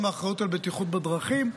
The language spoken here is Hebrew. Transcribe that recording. האחריות על בטיחות בדרכים,